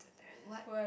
what